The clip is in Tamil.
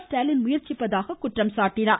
ஸ்டாலின் முயற்சிப்பதாக குற்றம் சாட்டினார்